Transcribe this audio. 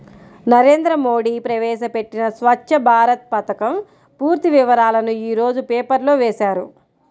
నరేంద్ర మోడీ ప్రవేశపెట్టిన స్వఛ్చ భారత్ పథకం పూర్తి వివరాలను యీ రోజు పేపర్లో వేశారు